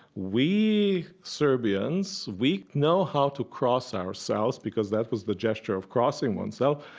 we serbians, we know how to cross ourselves because that was the gesture of crossing one's so